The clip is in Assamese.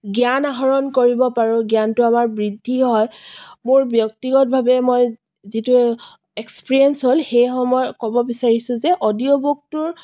জ্ঞান আহৰণ কৰিব পাৰোঁ জ্ঞানটো আমাৰ বৃদ্ধি হয় মোৰ ব্যক্তিগতভাৱে মই যিটো এক্সপিৰিয়েঞ্চ হ'ল সেই মই ক'ব বিচাৰিছোঁ যে অডিঅ' বুকটোৰ